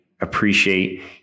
appreciate